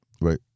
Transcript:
right